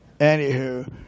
anywho